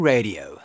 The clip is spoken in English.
Radio